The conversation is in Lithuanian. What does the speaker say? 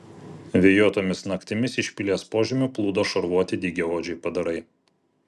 vėjuotomis naktimis iš pilies požemių plūdo šarvuoti dygiaodžiai padarai